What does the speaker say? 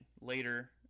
later